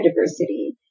diversity